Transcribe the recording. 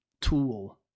tool